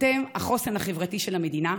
אתם החוסן החברתי של המדינה,